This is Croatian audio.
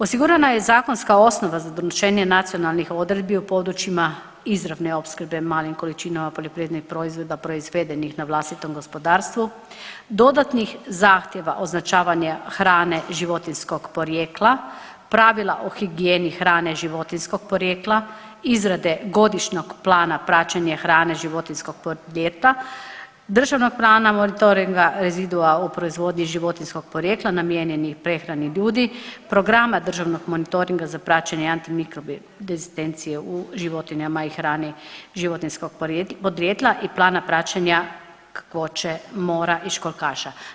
Osigurana je zakonska osnova za donošenje nacionalnih odredbi u područjima izravne opskrbe malim količinama poljoprivrednih proizvoda proizvedenih na vlastitom gospodarstvu, dodatnih zahtjeva označavanja hrane životinjskog porijekla, pravila o higijeni hrane životinjskog porijekla, izrade godišnjeg plana praćenja hrane životinjskog porijekla, državnog plana monitoringa rezidua u proizvodnji životinjskog porijekla namijenjenih prehrani ljudi, programa državnog monitoringa za praćenje antimikrobne rezistencije u životinjama i hrani životinjskog porijekla i plana praćenja kakvoće mora i školjkaša.